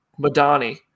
madani